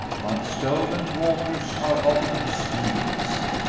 but stolen waters are often sweetest.